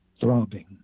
throbbing